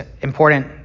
important